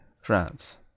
France